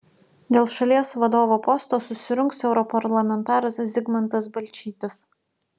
dėl šalies vadovo posto susirungs europarlamentaras zigmantas balčytis